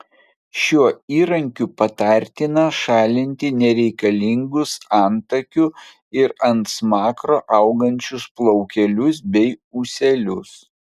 šiuo įrankiu patartina šalinti nereikalingus antakių ir ant smakro augančius plaukelius bei ūselius